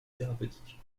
thérapeutique